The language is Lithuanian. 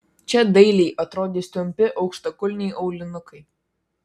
čia dailiai atrodys trumpi aukštakulniai aulinukai